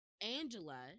Angela